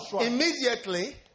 immediately